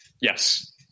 Yes